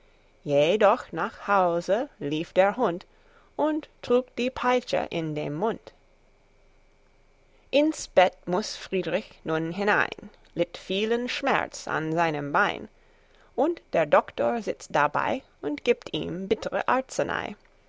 jedoch nach hause lief der hund und trug die peitsche in dem mund ins bett muß friedrich nun hinein litt vielen schmerz an seinem bein und der herr doktor sitzt dabei und gibt ihm bittre arzenei